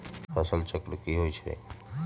फसल चक्र की होई छै?